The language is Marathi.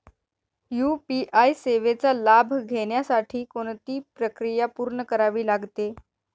यू.पी.आय सेवेचा लाभ घेण्यासाठी कोणती प्रक्रिया पूर्ण करावी लागते?